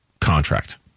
contract